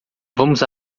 vamos